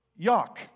yuck